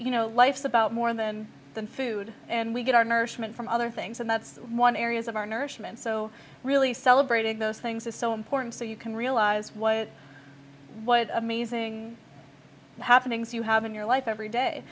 you know life's about more than the food and we get our nourishment from other things and that's one areas of our nourishment so really celebrating those things is so important so you can realize what what amazing happenings you have in your life every day